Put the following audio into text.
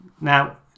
Now